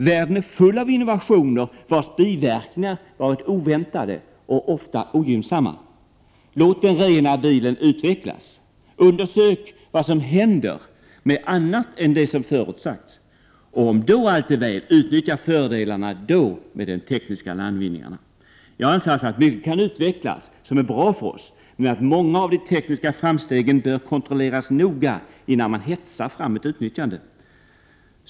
Världen är full av innovationer, vilkas biverkningar har varit oväntade och ofta ogynnsamma. Låt den ”rena” bilen utvecklas och undersök vad som händer med annat än det som har förutsagts! Om sedan allt är väl är det bara att utnyttja fördelarna med de tekniska landvinningarna. Jag anser alltså att mycket kan utvecklas som är bra för oss. Men många av de tekniska framstegen bör kontrolleras noga, innan man hetsar fram ett utnyttjande.